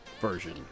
version